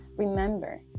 Remember